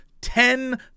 Ten